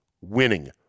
winning